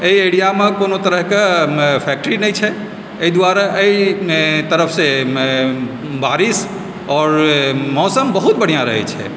एहि एरियामे कोनो तरहके फैक्ट्री नहि छै ताहि दुआरे एहि तरफसे बारिश आओर मौसम बहुत बढ़िआँ रहैत छै